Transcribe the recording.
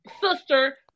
Sister